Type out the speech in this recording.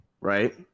right